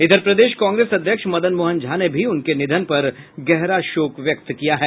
इधर प्रदेश कांग्रेस अध्यक्ष मदन मोहन झा ने भी उनके निधन पर गहरा शोक व्यक्त किया है